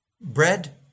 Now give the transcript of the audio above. Bread